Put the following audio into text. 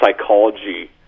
psychology